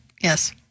Yes